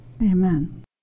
Amen